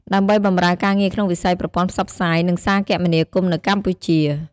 ដើម្បីបម្រើការងារក្នុងវិស័យប្រព័ន្ធផ្សព្វផ្សាយ និងសារគមនាគមន៍នៅកម្ពុជា។